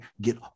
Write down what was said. Get